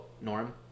Norm